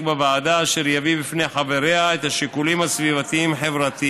בוועדה אשר יביא לפני חבריה את השיקולים הסביבתיים-חברתיים